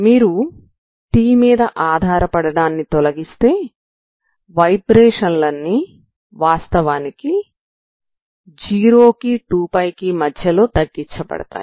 మీరు t మీద ఆధారపడడాన్ని తొలగిస్తే వైబ్రేషన్ లన్నీ వాస్తవానికి 02π మధ్యలోకి తగ్గించబడతాయి